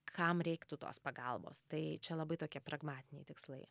kam reiktų tos pagalbos tai čia labai tokie pragmatiniai tikslai